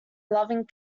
loving